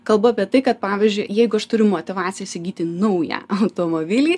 kalbu apie tai kad pavyzdžiui jeigu aš turiu motyvaciją įsigyti naują automobilį